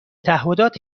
تعهدات